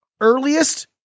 earliest